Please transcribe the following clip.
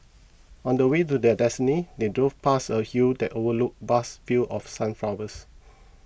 on the way to their destiny they drove past a hill that overlooked vast fields of sunflowers